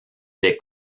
des